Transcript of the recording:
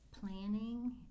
planning